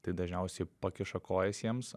tai dažniausiai pakiša kojas jiems